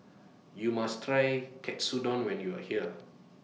YOU must Try Katsudon when YOU Are here